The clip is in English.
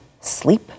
sleep